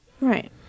Right